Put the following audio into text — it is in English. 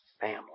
family